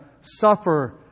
suffer